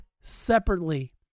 Separately